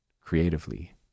creatively